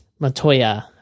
Matoya